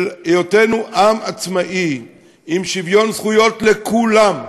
של היותנו עם עצמאי עם שוויון זכויות לכולם,